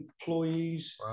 employees